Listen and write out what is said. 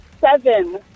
seven